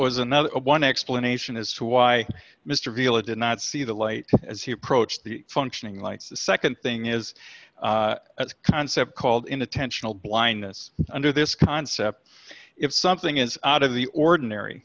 was another one explanation as to why mr keeler did not see the light as he approached the functioning lights the nd thing is a concept called inattentional blindness under this concept if something is out of the ordinary